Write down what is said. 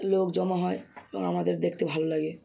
লোক জমা হয় এবং আমাদের দেখতে ভালো লাগে